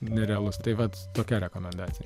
nerealus tai vat tokia rekomendacija